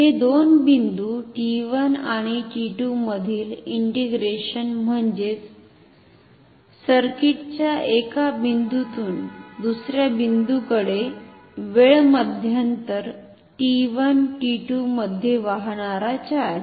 हे दोन बिंदू t1 आणि t2 मधील इनटिग्रेशन म्हणजे सर्किटच्या एका बिंदूतून दुसर्या बिंदूकडे वेळ मध्यांतर t1 t2 मध्ये वाहणारा चार्ज